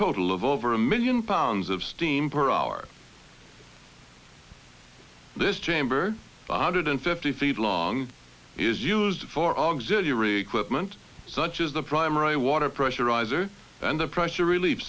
total of over a million pounds of steam per hour this chamber one hundred fifty feet long is used for auxiliary equipment such as the primer a water pressure riser and the pressure relief